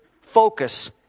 focus